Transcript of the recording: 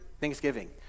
Thanksgiving